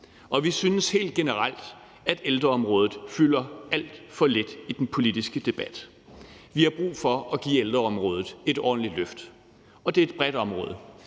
og vi synes helt generelt, at ældreområdet fylder alt for lidt i den politiske debat. Vi har brug for at give ældreområdet et ordentligt løft, og det er et bredt område.